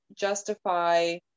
justify